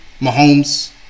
Mahomes